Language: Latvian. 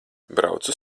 braucu